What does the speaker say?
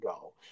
go